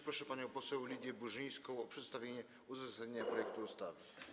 Proszę panią poseł Lidię Burzyńską o przedstawienie uzasadnienia projektu ustawy.